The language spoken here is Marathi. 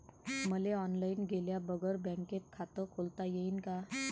मले ऑनलाईन गेल्या बगर बँकेत खात खोलता येईन का?